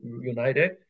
united